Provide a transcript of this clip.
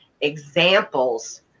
examples